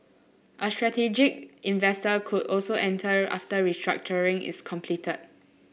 a strategic investor could also enter after restructuring is completed